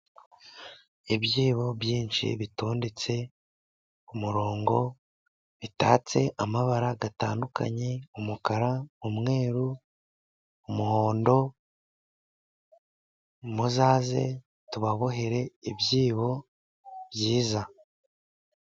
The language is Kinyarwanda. Ibyibo byinshi bitondetse ku murongo, bitatse amabara atandukanye umukara, umweru, umuhondo, muzaze tubabohere ibyibo byiza.